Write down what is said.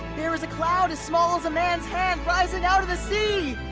there is a cloud as small as a man's hand rising out of the sea!